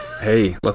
Hey